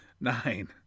Nine